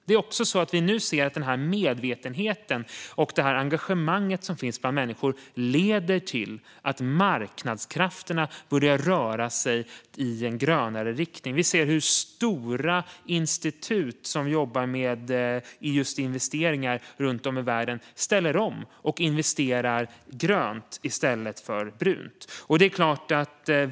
Vi kan se att medvetenheten och engagemanget bland människor leder till att marknadskrafterna börjar röra sig i en grönare riktning. Vi ser hur stora institut som jobbar med investeringar runt om i världen ställer om och investerar grönt i stället för brunt.